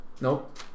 Nope